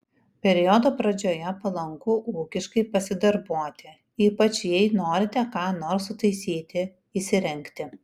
periodo pradžioje palanku ūkiškai pasidarbuoti ypač jei norite ką nors sutaisyti įsirengti